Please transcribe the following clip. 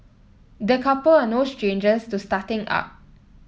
the couple are no strangers to starting up